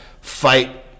fight